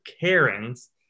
Karens